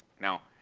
now,